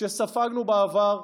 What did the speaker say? שספגנו בעבר,